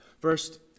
First